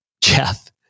Jeff